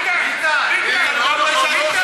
ביטן, ביטן, ביטן, ביטן, לא נכון.